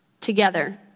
together